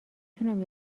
تونم